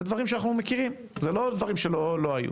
זה דברים שאנחנו מכירים, זה לא דברים שלא היו.